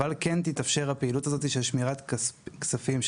אבל כן תתאפשר הפעילות הזאת של שמירת כספים של